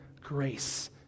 grace